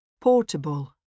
portable